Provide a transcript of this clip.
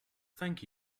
thank